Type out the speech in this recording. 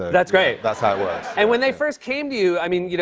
that's great. that's how it works. and when they first came to you, i mean, you know